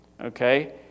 okay